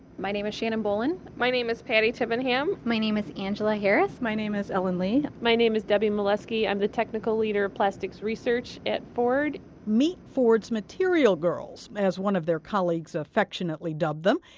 my name is shannon bollin. my name is patti tibbenham. my name is angela harris. my name is ellen lee. my name is debbie mielewski, i'm the technical leader, plastics research at ford meet ford's material girls, as one of their colleagues affectionately dubbed them.